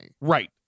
Right